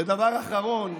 ודבר אחרון,